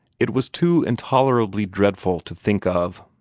it was too intolerably dreadful to think of!